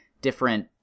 different